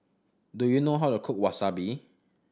do you know how to cook Wasabi